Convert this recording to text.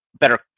Better